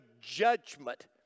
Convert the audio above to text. judgment